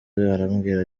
arambwira